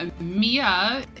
Mia